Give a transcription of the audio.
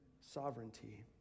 sovereignty